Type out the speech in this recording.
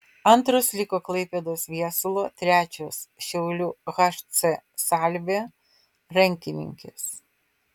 antros liko klaipėdos viesulo trečios šiaulių hc salvė rankininkės